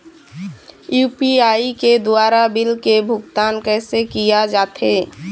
UPI के द्वारा bill के भुगतान कैसे किया जाथे?